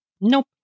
Nope